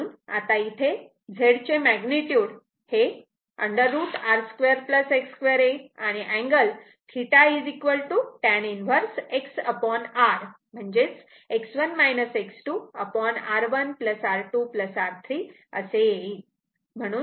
म्हणून आता इथे Z चे मॅग्निट्युड हे √ R2 X2 येईल आणि angle θ tan 1 XR X1 X2R1 R2 R3 असे येईल